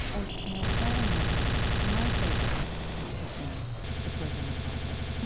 and you know, with that in mind, my favorite passage in the poisonwood bible,